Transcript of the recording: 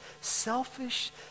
selfish